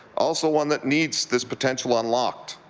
also one that needs this potential unlocked,